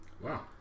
wow